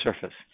surface